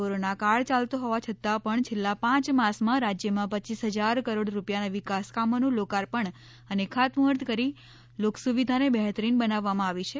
corona કાળ ચાલતો હોવા છતાં પણ છેલ્લા પાંચ માસમાં રાજ્યમાં રપ હજાર કરોડ રૂપિયાનાં વિકાસ કામોનું લોકાર્પણ અને ખાતમુહર્ત કરી લોકસુવિધાને બહેતરીન બનાવવામાં આવી છે